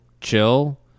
chill